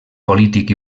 polític